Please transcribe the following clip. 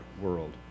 world